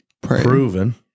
proven